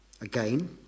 Again